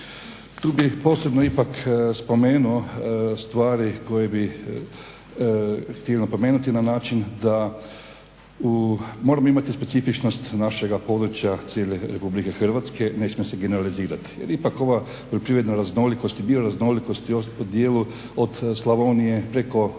Tu bih posebno ipak spomenuo stvari koje bi htio napomenuti na način da moramo imati specifičnost našega područja cijele Republike Hrvatske, ne smije se generalizirati. Jer ipak ova poljoprivredna raznolikost i bioraznolikost u dijelu od Slavonije preko